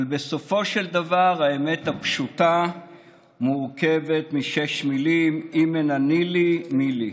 אבל בסופו של דבר האמת הפשוטה מורכבת משש מילים: אם אין אני לי מי לי.